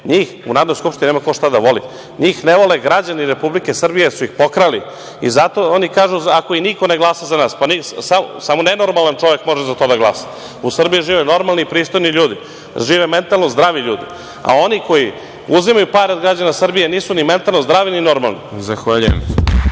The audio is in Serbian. Njih u Narodnoj skupštini nema ko šta da voli. Njih ne vole građani Republike Srbije, jer su ih pokrali i zato oni kažu –ako i niko ne glasa za nas. Samo nenormalan čovek može za to da glasa. U Srbiji žive normalni, pristojni ljudi, žive mentalno zdravi ljudi, a oni koji uzimaju pare od građana Srbije nisu ni mentalno zdravi, ni normalni. **Đorđe